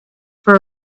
for